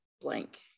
blank